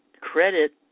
credit